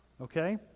okay